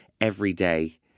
everyday